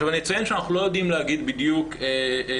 אני אציין שאנחנו לא יודעים להגיד בדיוק אלו